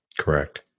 Correct